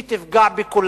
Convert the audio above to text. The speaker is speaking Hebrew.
היא תפגע בכולם.